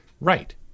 Right